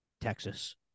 Texas